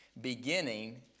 beginning